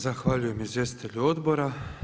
Zahvaljujem izvjestitelju odbora.